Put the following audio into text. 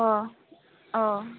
अ अ